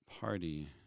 party